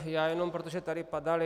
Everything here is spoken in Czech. Já jenom, protože tady padaly...